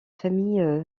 famille